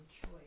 choice